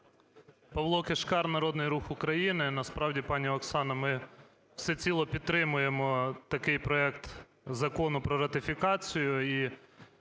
Павло Кишкар, "Народний рух України". Насправді, пані Оксано, ми всеціло підтримуємо такий проект закону про ратифікацію.